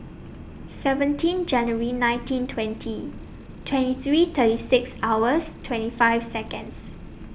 seventeen January nineteen twenty twenty three thirty six hours twenty five Seconds